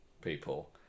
people